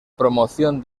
promoción